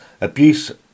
abuse